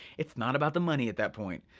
it's not about the money at that point,